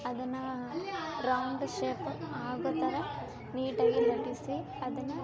ಅದನ್ನ round shape ಆಗೋ ಥರ ನೀಟಾಗಿ ಲಟ್ಟಿಸಿ ಅದನ್ನ